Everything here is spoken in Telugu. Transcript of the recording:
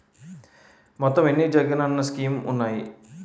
మొత్తం ఎన్ని జగనన్న స్కీమ్స్ ఉన్నాయి?